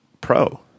Pro